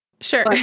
Sure